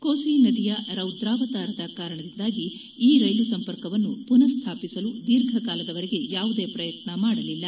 ಕೊಸಿ ನದಿಯ ರೌದ್ರಾವತಾರದ ಕಾರಣದಿಂದಾಗಿ ಈ ರೈಲು ಸಂಪರ್ಕವನ್ನು ಪುನಃಸ್ವಾಪಿಸಲು ದೀರ್ಘಕಾಲದವರೆಗೆ ಯಾವುದೇ ಪ್ರಯತ್ನ ಮಾಡಲಿಲ್ಲ